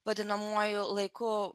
vadinamuoju laiku